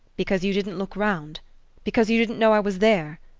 because you didn't look round because you didn't know i was there.